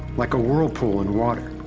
like a whirlpool in water.